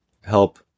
help